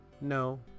No